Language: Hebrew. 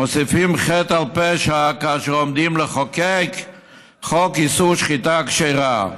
מוסיפים חטא על פשע כאשר עומדים לחוקק חוק איסור שחיטה כשרה.